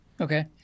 Okay